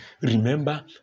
Remember